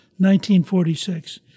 1946